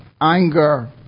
anger